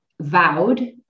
vowed